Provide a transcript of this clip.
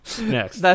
Next